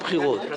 אם